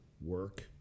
work